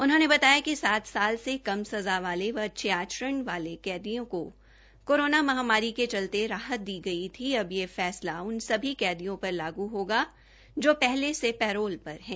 उन्होंने बताया कि सात साल से कम सज़ा वाले व अच्छे आचरण वाले कैदियों का कोरोना महामारी के चलते राहत दी गई थी अब यह फैसला उन कैदियों पर लागू होगा जो पहले से पैरोल पर है